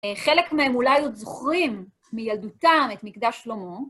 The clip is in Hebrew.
חלק מהם אולי עוד זוכרים מילדותם את מקדש שלמה.